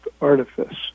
artifice